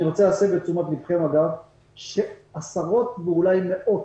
אני רוצה להסב את תשומת ליבכם לעשרות, ואולי מאות,